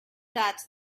that